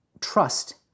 trust